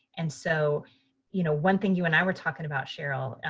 and so you know one thing you and i were talking about, cheryl,